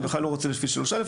אני בכלל לא רוצה לפי 3(א),